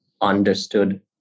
understood